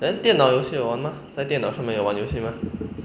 then 电脑游戏有玩 mah 在电脑上面有玩游戏 mah